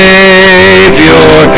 Savior